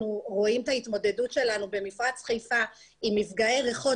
אנחנו רואים את ההתמודדות שלנו במפרץ חיפה עם מפגעי ריחות